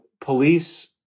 police